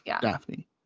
Daphne